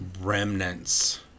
remnants